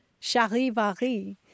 Charivari